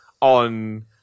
on